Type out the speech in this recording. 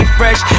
fresh